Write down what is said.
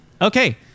okay